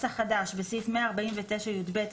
בסעיף 149יב(ב),